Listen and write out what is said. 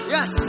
Yes